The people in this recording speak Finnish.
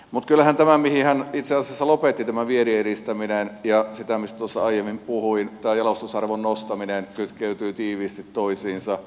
mutta kyllähän tämä mihin hän itse asiassa lopetti tämä vienninedistäminen ja se mistä tuossa aiemmin puhuin tämä jalostusarvon nostaminen kytkeytyvät tiiviisti toisiinsa